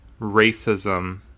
racism